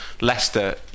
Leicester